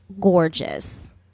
gorgeous